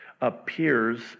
appears